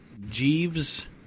Jeeves